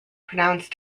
pronounced